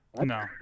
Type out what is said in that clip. No